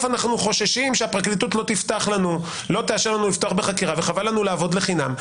אנחנו חוששים שהפרקליטות לא תאשר לנו לפתוח בחקירה וחבל לנו לעבוד בחינם.